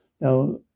Now